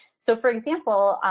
so, for example,